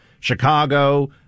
Chicago